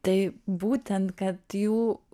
tai būtent kad jų